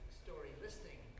story-listening